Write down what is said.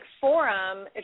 forum